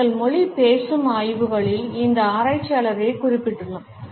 எங்கள் மொழி பேசும் ஆய்வுகளிலும் இந்த ஆராய்ச்சியாளர்களைக் குறிப்பிட்டுள்ளோம்